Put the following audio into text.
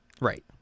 right